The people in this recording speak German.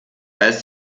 ist